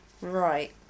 Right